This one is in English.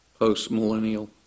postmillennial